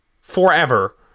forever